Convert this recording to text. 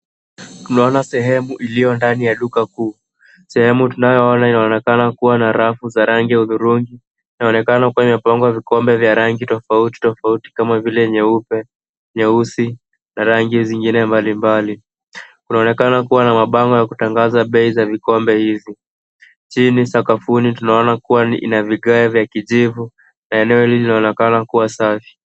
Tunaona sehemu iliyo ndani ya duka kuu. Sehemu tunayoona inaonekana kuwa na rafu za rangi ya hudhurungi, inaonekana kuwa imeangwa vikombe vya rangi tofauti tofauti kama vile nyeupe, nyeusi na rangi zingine mbalimbali. Kunaonekana kuwa na mabango ya kutanganza bei za vikombe hizi. Chini sakafuni, tunaona kuwa ina vigae vya kijivu, eneo hilo linaonekana kuwa safi.